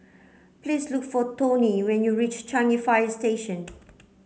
please look for Toney when you reach Changi Fire Station